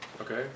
Okay